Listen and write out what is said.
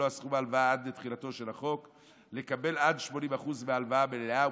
סכום ההלוואה עד לתחילת החוק לקבל עד 80% מההלוואה המלאה,